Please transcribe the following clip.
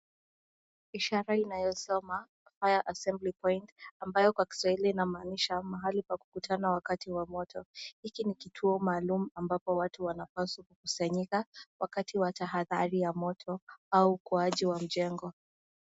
Ishara inayo soma Fire Assembly Point ambayo kwa kiswahili inamaanisha pahali pa kukutana wakati wa moto. Hiki ni kituo maalum ambapo watu wanapaswa kukusanyika wakati wa tahatari ya moto au wa uokoaji wa mjengo.